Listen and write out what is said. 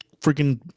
freaking